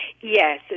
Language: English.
yes